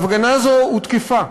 ההפגנה הזאת הותקפה